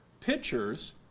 pictures